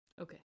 Okay